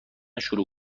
شروع